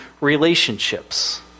relationships